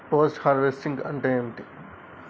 Post harvesting అంటే ఏంటిది?